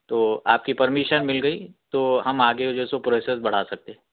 تو آپ کی پرمیشن مل گئی تو ہم آگے جو سو پروسیز بڑھا سکتے